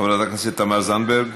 חברת הכנסת תמר זנדברג,